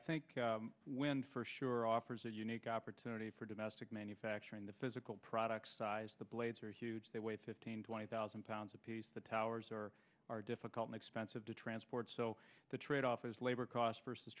think wind for sure offers a unique opportunity for domestic manufacturing the physical product size the blades are huge they wait fifteen twenty thousand pounds apiece the towers are difficult and expensive to transport so the tradeoff is labor cost versus